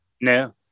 no